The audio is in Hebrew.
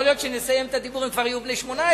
יכול להיות שכשנסיים את הדיבור הם כבר יהיו בני 18,